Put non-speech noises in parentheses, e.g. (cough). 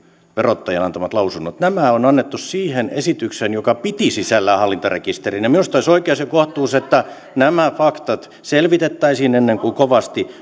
verottajan antamat lausunnot nämä on annettu siihen esitykseen joka piti sisällään hallintarekisterin ja minusta olisi oikeus ja kohtuus että nämä faktat selvitettäisiin ennen kuin kovasti (unintelligible)